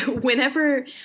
whenever